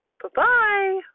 Bye-bye